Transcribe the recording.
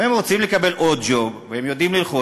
והם רוצים לקבל עוד ג'וב, והם יודעים ללחוץ.